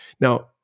Now